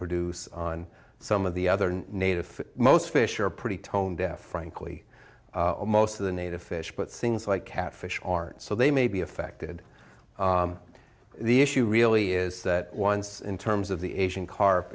produce on some of the other native most fish are pretty tone deaf frankly most of the native fish but things like catfish aren't so they may be affected the issue really is that once in terms of the asian carp